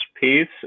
piece